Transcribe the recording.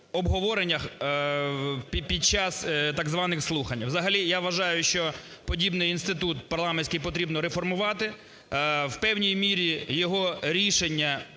обговореннях, під час так званих слухань. Взагалі я вважаю, що подібний інститут парламентський потрібно реформувати, в певній мірі його рішення